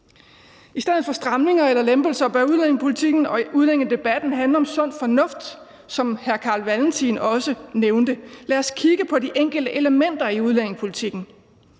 I stedet for stramninger eller lempelser bør udlændingepolitikken og udlændingedebatten handle om sund fornuft, som hr. Carl Valentin også nævnte det. Lad os kigge på de enkelte elementer i udlændingepolitikken.